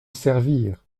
servir